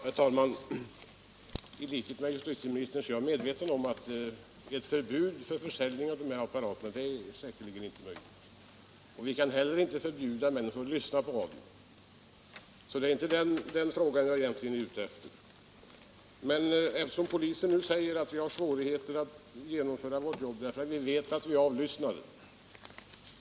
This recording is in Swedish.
Herr talman! I likhet med justitieministern är jag medveten om att det säkerligen inte är möjligt att införa ett förbud mot försäljning av dessa apparater. Vi kan inte heller förbjuda människor att lyssna på radio. Det är alltså inte något sådant jag egentligen är ute efter. Poliserna förklarar att de har svårigheter att genomföra sitt jobb därför att de vet att de är avlyssnade.